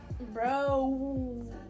bro